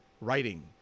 writing